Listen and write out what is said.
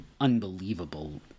unbelievable